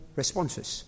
responses